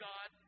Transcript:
God